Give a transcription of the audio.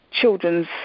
children's